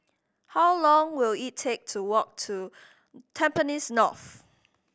how long will it take to walk to Tampines North